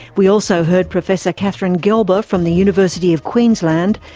we also heard professor katharine gelber from the university of queensland,